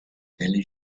elli